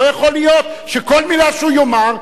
לא יכול להיות שכל מלה שהוא יאמר,